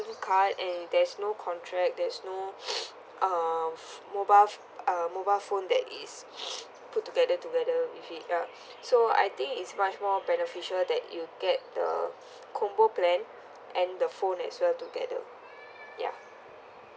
card and there's no contract there's no um mobile uh mobile phone that is put together together if it yup so I think it's much more better feature that you get the combo plan and the phone as well together ya